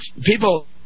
people